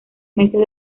meses